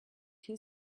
two